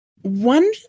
one